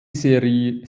serie